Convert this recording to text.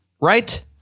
right